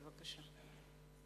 בבקשה.